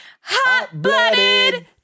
hot-blooded